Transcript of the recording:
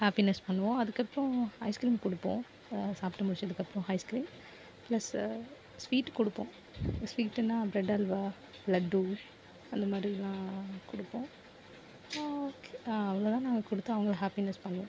happiness பண்ணுவோம் அதுக்கு அப்புறம் ஐஸ்க்ரீம் கொடுப்போம் சாப்பிட்டு முடிச்சதுக்கு அப்புறம் ஐஸ்க்ரீம் ப்ளஸு ஸ்வீட்டு கொடுப்போம் ஸ்வீட்டுனா ப்ரெட் அல்வா லட்டு அந்த மாரிலா கொடுப்போம் ஓகே அவ்ளோதான் நாங்கள் கொடுத்து அவங்கள ஹேப்பினஸ் பண்ணுவோம்